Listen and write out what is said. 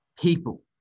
people